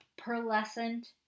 pearlescent